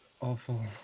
awful